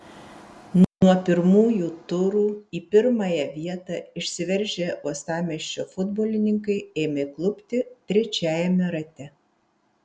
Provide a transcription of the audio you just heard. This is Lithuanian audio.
nuo pirmųjų turų į pirmąją vietą išsiveržę uostamiesčio futbolininkai ėmė klupti trečiajame rate